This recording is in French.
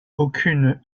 aucune